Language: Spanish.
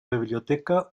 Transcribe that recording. biblioteca